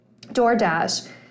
DoorDash